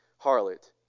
harlot